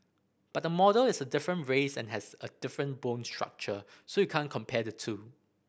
but the model is a different race and has a different bone structure so you can compare the two